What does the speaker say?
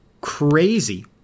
crazy